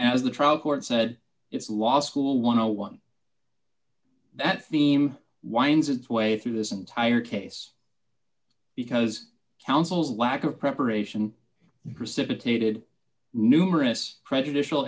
as the trial court said it's law school one a one that theme winds its way through this entire case because counsel's lack of preparation precipitated numerous prejudicial